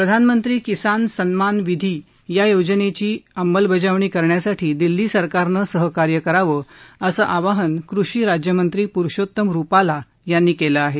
प्रधानमंत्री किसान सम्मान निधी या योजनेची अंमलबजावणी करण्यासाठी दिल्ली सरकारनं सहकार्य करावं असं आवाहन कृषी राज्यमंत्री पुरुषोत्तम रुपाला यांनी केलं आहे